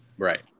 Right